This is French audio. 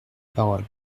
parole